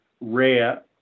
rare